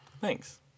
Thanks